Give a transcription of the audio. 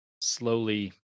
slowly